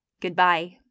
goodbye